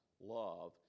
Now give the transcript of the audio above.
love